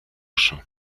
uso